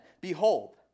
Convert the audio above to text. behold